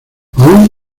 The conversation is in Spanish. aún